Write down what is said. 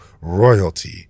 royalty